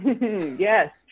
Yes